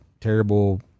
terrible